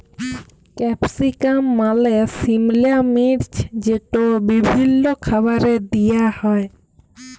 capsicum মালে সিমলা মির্চ যেট বিভিল্ল্য খাবারে দিঁয়া হ্যয়